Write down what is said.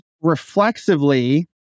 reflexively